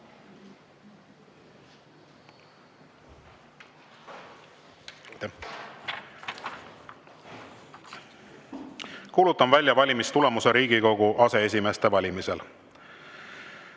Kuulutan välja valimistulemused Riigikogu aseesimeeste valimisel.